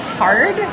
hard